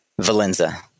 Valenza